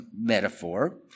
metaphor